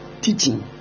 teaching